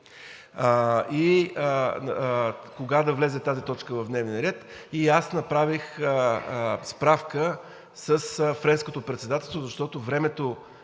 и кога да влезе тази точка в дневния ред. Аз направих справка с Френското председателство, защото времето